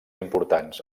importants